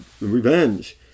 revenge